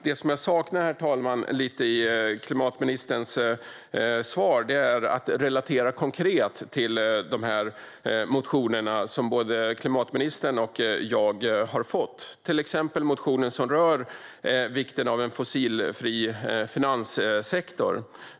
Det som jag saknar lite i klimatministerns svar är att relatera konkret till de här motionerna som både klimatministern och jag har fått, till exempel motionen som rör vikten av en fossilfri finanssektor.